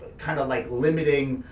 kinda like limiting,